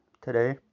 today